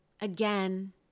Again